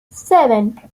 seven